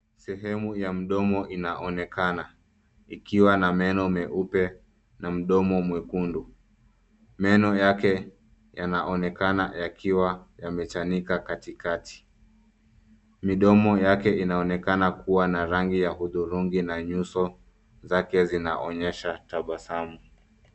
Sehemu ya mdomo inaonekana ikiwa na meno meupe na mdomo mwekundu. Meno yake yanaonekana yakiwa yamechanika katikati. Midomo yake inaonekana kuwa na rangi ya hudhurungi na nyuso zake zinaonyesha tabasamu.